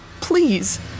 please